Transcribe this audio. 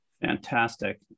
Fantastic